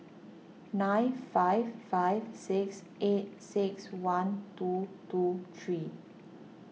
nine five five six eight six one two two three